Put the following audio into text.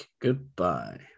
Goodbye